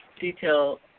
detail